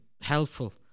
helpful